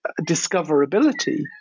discoverability